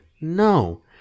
No